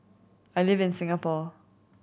I live in Singapore